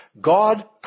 God